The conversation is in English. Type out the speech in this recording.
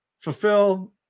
fulfill